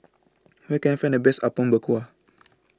Where Can I Find The Best Apom Berkuah